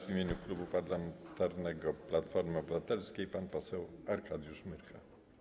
W imieniu Klubu Parlamentarnego Platforma Obywatelska pan poseł Arkadiusz Myrcha.